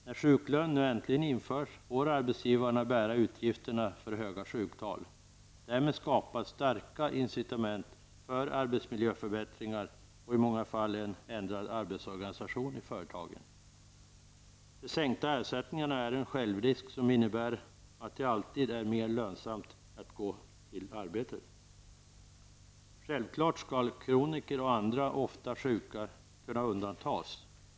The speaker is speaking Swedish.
När sjuklön nu äntligen införs får arbetsgivarna bära utgifterna för höga sjuktal. Därmed skapas starka incitament för arbetsmiljöförbättringar och i många fall en ändrad arbetsorganisation i företagen. De sänkta ersättningarna är en självrisk som innebär att det alltid är mer lönsamt att gå till arbetet. Självfallet skall kroniker och andra som ofta är sjuka kunna undantas.